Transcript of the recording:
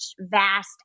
vast